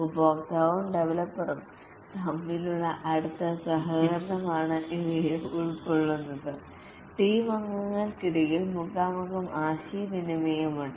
ഉപഭോക്താവും ഡവലപ്പറും തമ്മിലുള്ള അടുത്ത സഹകരണമാണ് ഇവയെ ഉൾക്കൊള്ളുന്നത് ടീം അംഗങ്ങൾക്കിടയിൽ മുഖാമുഖം ആശയവിനിമയം ഉണ്ട്